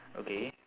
okay